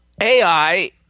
AI